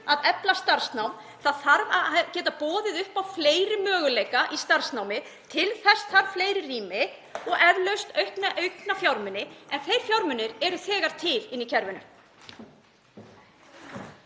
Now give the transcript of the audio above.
að efla starfsnám. Það þarf að vera hægt að bjóða upp á fleiri möguleika í starfsnámi. Til þess þarf fleiri rými og eflaust aukna fjármuni, en þeir fjármunir eru þegar til í kerfinu.